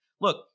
Look